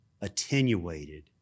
attenuated